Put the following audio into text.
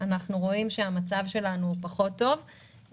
אנחנו רואים שהמצב שלנו פחות טוב.